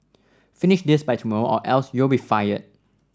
finish this by tomorrow or else you'll be fired